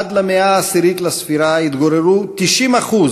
עד למאה העשירית לספירה התגוררו 90%